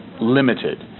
limited